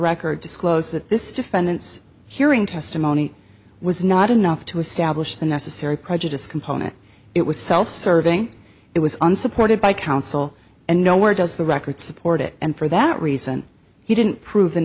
record disclose that this defendant's hearing testimony was not enough to establish the necessary prejudice component it was self serving it was unsupported by counsel and nowhere does the record support it and for that reason he didn't prove